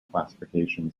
classification